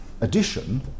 addition